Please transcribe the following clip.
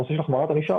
הנושא של החמרת ענישה,